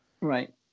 right